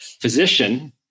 physician